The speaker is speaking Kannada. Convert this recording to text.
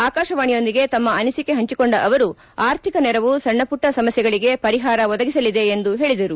ಆಕಾಶವಾಣಿಯೊಂದಿಗೆ ತಮ್ಮ ಅನಿಸಿಕೆ ಪಂಚಿಕೊಂಡ ಅವರು ಆರ್ಥಿಕ ನೆರವು ಸಣ್ಣಮಟ್ಟ ಸಮಸ್ಯೆಗಳಿಗೆ ಪರಿಹಾರ ಒದಗಿಸಲಿದೆ ಎಂದು ಹೇಳಿದರು